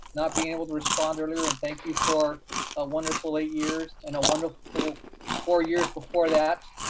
not being able to respond earlier and thank you for a wonderful eight years and a wonderful four years before that.